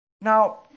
Now